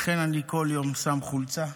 לכן כל יום אני שם חולצה.